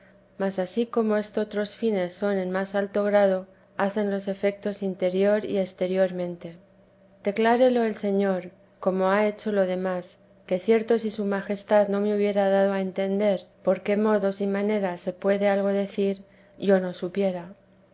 mas ansí como estotros fines son en más alto grado hacen los efectos interior y exteriormente declárelo el señor como ha hecho lo demás que cierto si su majestad no me hubiera dado a entender por qué modos y maneras se puede algo decir yo no supiera